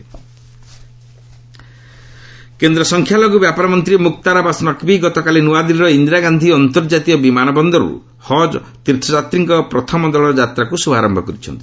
ନକ୍ବୀ ହଜ୍ ପିଲ୍ଗ୍ରୀମ୍ସ୍ କେନ୍ଦ୍ର ସଂଖ୍ୟାଲଘୁ ବ୍ୟାପାର ମନ୍ତ୍ରୀ ମୁକ୍ତାର ଆବାସ ନକ୍ବୀ ଗତକାଲି ନ୍ତଆଦିଲ୍ଲୀର ଇନ୍ଦିରାଗାନ୍ଧି ଅନ୍ତର୍ଜାତୀୟ ବିମାନ ବନ୍ଦରରୁ ହଜ୍ ତୀର୍ଥଯାତ୍ରୀଙ୍କ ପ୍ରଥମ ଦଳର ଯାତ୍ରାକୁ ଶୁଭାରମ୍ଭ କରିଛନ୍ତି